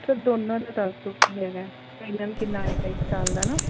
sir ਦੋਨਾਂ ਦਾ ਦੱਸ ਦਿਉ ਕੀ ਹੈਗਾ ਪ੍ਰੀਮੀਅਮ ਕਿੰਨਾਂ ਆਏਗਾ ਇੱਕ ਸਾਲ ਦਾ ਨਾ